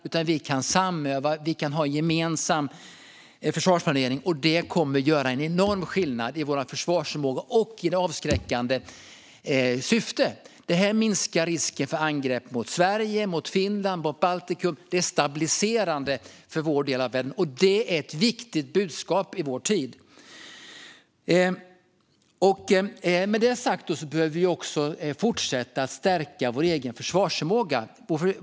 Vi kan i stället samöva och ha en gemensam försvarsplanering. Detta kommer att göra enorm skillnad i vår försvarsförmåga och även fungera avskräckande. Det minskar risken för angrepp mot Sverige, Finland och Baltikum. Det är stabiliserande för vår del av världen. Det är ett viktigt budskap i vår tid. Med det sagt behöver vi fortsätta att stärka vår egen försvarsförmåga.